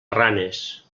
ranes